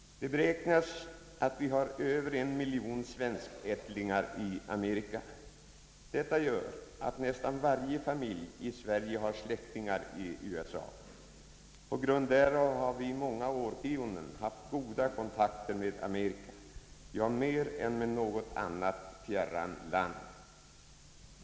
Det beräknas att vi har över en miljon svenskättlingar i Amerika. Detta gör att nästan varje familj i Sverige har släktingar i USA. På grund därav har vi under många årtionden haft goda kontakter med USA, ja, mer än med något annat fjärran land.